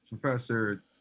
professor